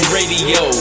Radio